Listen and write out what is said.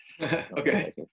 Okay